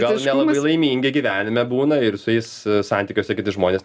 gal nelabai laimingi gyvenime būna ir su jais santykiuose kiti žmonės